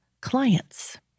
clients